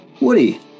Woody